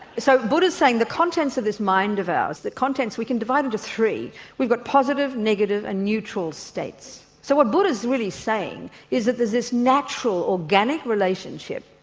so buddha is saying the contents of this mind of ours, the contents we can divide into three we've got positive, negative and neutral states. so what buddha is really saying is that there's this natural organic relationship